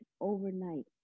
overnight